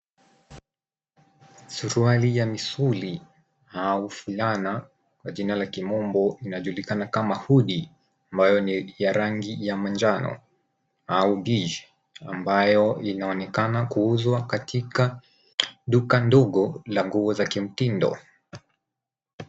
Suruali ya misuli au fulana kwa jina la kimombo linajulikana kama hoodie ambayo ni ya rangi ya manjano au beige ambayo inaonekana kuuzwa katika duka ndogo la nguo za kimtindo.